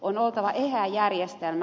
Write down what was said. on oltava eheä järjestelmä